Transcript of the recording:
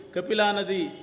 Kapilanadi